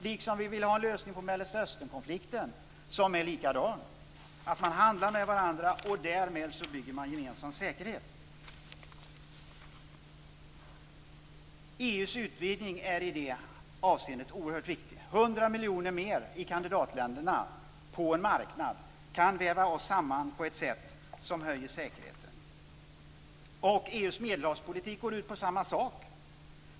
Vi vill också ha en lösning på Mellersta Östern-konflikten. Man handlar med varandra, och därmed byggs en gemensam säkerhet. EU:s utvidgning är i detta avseende oerhört viktig. 100 miljoner fler människor i kandidatländerna kan väva oss samman på marknaden på ett sätt som höjer säkerheten. EU:s Medelhavspolitik går ut på samma sak.